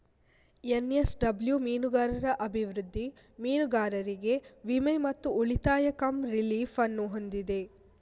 NSW ಮೀನುಗಾರರ ಅಭಿವೃದ್ಧಿ, ಮೀನುಗಾರರಿಗೆ ವಿಮೆ ಮತ್ತು ಉಳಿತಾಯ ಕಮ್ ರಿಲೀಫ್ ಅನ್ನು ಹೊಂದಿದೆ